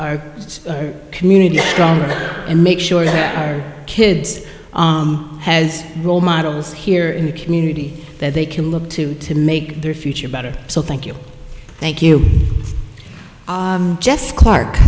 build our community broader and make sure that our kids has role models here in the community that they can look to to make their future better so thank you thank you jess clark